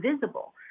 visible